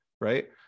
Right